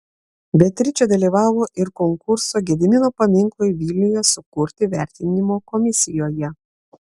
beatričė dalyvavo ir konkurso gedimino paminklui vilniuje sukurti vertinimo komisijoje